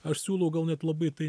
aš siūlau gal net labai tai